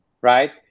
Right